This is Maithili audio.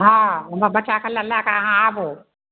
हँ बच्चाके लऽ लै कऽ अहाँ आबू